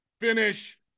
finish